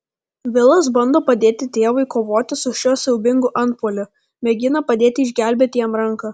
vilas bando padėti tėvui kovoti su šiuo siaubingu antpuoliu mėgina padėti išgelbėti jam ranką